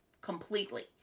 completely